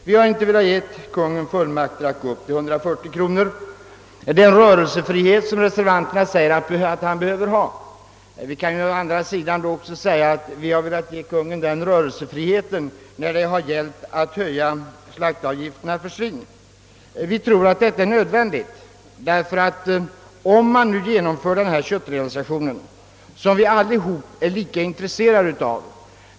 Vi har inte velat ge Kungl. Maj:t fullmakt att gå upp så högt som till 140 kronor per nötkreatur för att garantera den rörelsefrihet som reservanterna menar behövs för detta område. Vi har å andra sidan velat ge Kungl. Maj:t större rörelsefrihet när det gällt att höja slaktavgifterna för svin. Vi tror att detta är nödvändigt för att kunna genomföra den köttrealisation som vi allesammans är lika intresserade av.